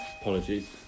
Apologies